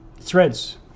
threads